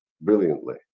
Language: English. brilliantly